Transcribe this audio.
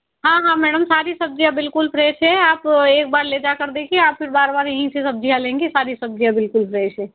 हाँ हाँ मैडम सारी सब्जियाँ बिल्कुल फ्रेश हैं आप एक बार ले जा कर देखिए आप फिर बार बार यहीं से सब्जियाँ लेंगी सारी सब्जियाँ बिल्कुल फ्रेश है